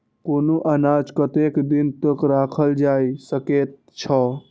कुनू अनाज कतेक दिन तक रखल जाई सकऐत छै?